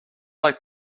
like